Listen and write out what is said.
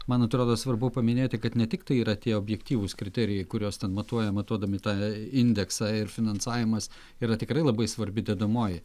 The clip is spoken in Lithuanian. man atrodo svarbu paminėti kad ne tik tai yra tie objektyvūs kriterijai kuriuos ten matuoja matuodami tą indeksą ir finansavimas tai yra tikrai labai svarbi dedamoji